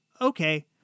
okay